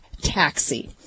Taxi